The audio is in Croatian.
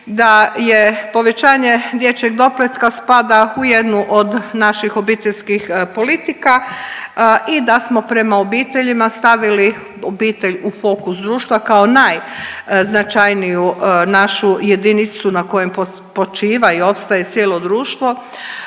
da je povećanje dječjeg doplatka spada u jednu od naših obiteljskih politika i da smo prema obiteljima stavili obitelj u fokus društva kao najznačajniju našu jedinicu na kojem počiva i opstaje cijelo društvo,